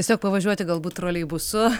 tiesiog pavažiuoti galbūt troleibusu